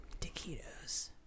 Taquitos